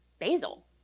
basil